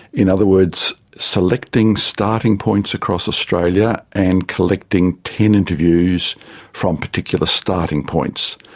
in other words, selecting starting points across australia and collecting ten interviews from particular starting points.